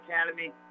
Academy